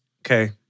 Okay